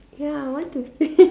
ya I want to